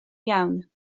iawn